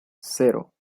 cero